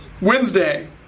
Wednesday